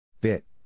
Bit